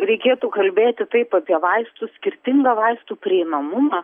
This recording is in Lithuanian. reikėtų kalbėti taip apie vaistus skirtingą vaistų prieinamumą